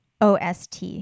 OST